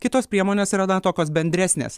kitos priemonės yra na tokios bendresnės